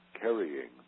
carrying